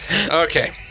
Okay